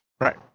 Right